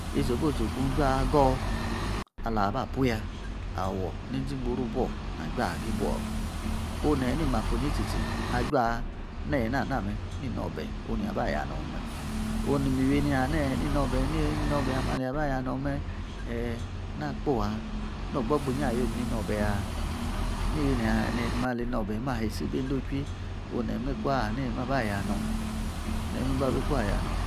Isupposo kun jua gor ala ba pu ya! Awor neinzi ingboru buo na juah agii buo me. Onu neyi ni makunyi asi tsi onu ne yi a jua ni ena name, ni inobashe ne yi aba yaa nong me. Mi memiyi na haa nii ee ni nobashe ame aleyi aba ya nong me na kposi aa. Nor gbo gbi inyi ayom ni noba hed? Neiyi ni ma li nobashe isi bi eindo ohui one ne yi me iku ahanini neyi me aba ya nong? Ni emi ababi ikwa yaa nong.